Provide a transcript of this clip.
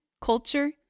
culture